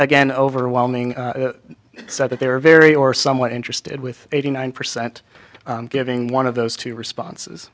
again overwhelming said that they were very or somewhat interested with eighty nine percent giving one of those two responses